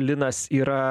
linas yra